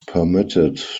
permitted